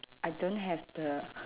I don't have the